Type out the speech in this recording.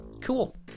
Cool